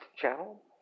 channel